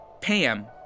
Pam